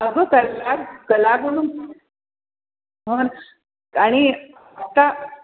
अगं कला कलागुण मग आणि आता